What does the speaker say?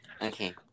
Okay